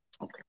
Okay